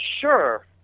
Sure